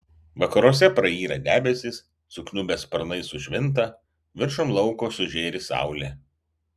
vakaruose prayra debesys sukniubę sparnai sušvinta viršum lauko sužėri saulė